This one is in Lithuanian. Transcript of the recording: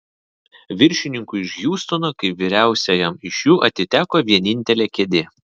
viršininkui iš hjustono kaip vyriausiajam iš jų atiteko vienintelė kėdė